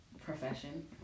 profession